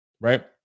right